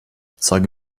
zeige